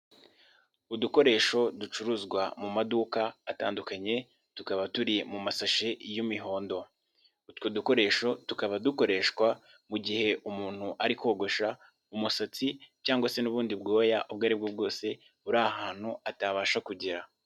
Udukoresho ducuruzwa mu maduka atandukanye, tukaba turi mu masashe y'imihondo, utwo dukoresho tukaba dukoreshwa mu gihe umuntu ari kogosha umusatsi cyangwa se n'ubundi bwoya ubwo aribwo bwose buri ahantu atabasha kugera.